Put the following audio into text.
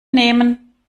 nehmen